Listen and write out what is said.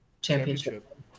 Championship